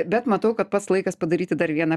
bet matau kad pats laikas padaryti dar vieną